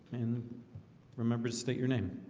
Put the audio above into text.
and remember to state your name